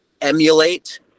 emulate